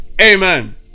Amen